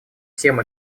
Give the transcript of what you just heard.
всем